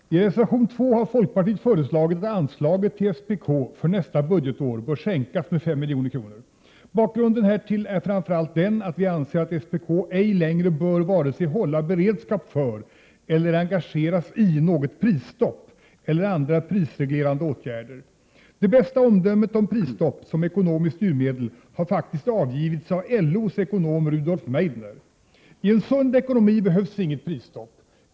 Herr talman! I reservation 2 har folkpartiet föreslagit att anslaget till SPK för nästa budgetår bör sänkas med 5 milj.kr. Bakgrunden härtill är framför allt den att vi anser att SPK ej längre bör vare sig hålla beredskap för eller engageras i något prisstopp eller i andra prisreglerande åtgärder. Det bästa omdömet om prisstopp som ekonomiskt styrmedel har faktiskt avgivits av LO:s ekonom Rudolf Meidner: ”I en sund ekonomi behövs inget prisstopp.